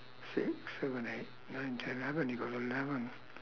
six seven eight nine ten eleven you got eleven